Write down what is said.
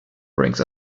brings